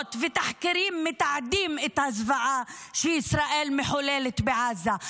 דוחות ותחקירים מתעדים את הזוועה שישראל מחוללת בעזה.